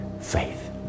faith